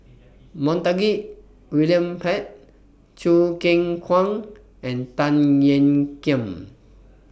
Montague William Pett Choo Keng Kwang and Tan Ean Kiam